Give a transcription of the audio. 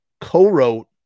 co-wrote